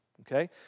Okay